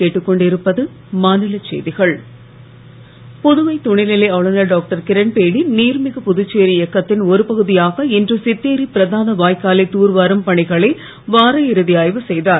கிரண்பேடி புதுவை துணைநிலை ஆளுநர் டாக்டர் கிரண்பேடி நீர்மிகு புதுச்சேரி இயக்கத்தின் ஒரு பகுதியாக இன்று சித்தேரி பிரதான வாய்க்காலை தூர்வாரும் பணிகளை வார இறுதி ஆய்வு செய்தார்